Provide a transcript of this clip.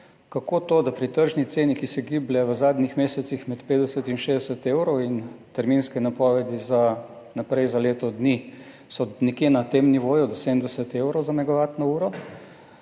kako to, da pri tržni ceni, ki se giblje v zadnjih mesecih med 50 in 60 evrov, terminske napovedi za naprej za leto dni so nekje na tem nivoju do 70 evrov za megavatno uro,